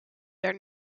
their